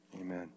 Amen